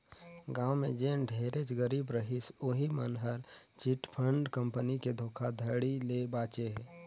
गाँव में जेन ढेरेच गरीब रहिस उहीं मन हर चिटफंड कंपनी के धोखाघड़ी ले बाचे हे